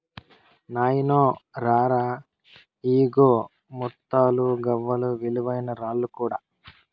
నాయినో రా రా, ఇయ్యిగో ముత్తాలు, గవ్వలు, విలువైన రాళ్ళు కూడా